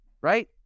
right